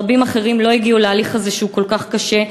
רבים אחרים לא הגיעו להליך הזה, שהוא כל כך קשה.